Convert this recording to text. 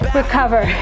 recover